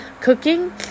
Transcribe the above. Cooking